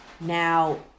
Now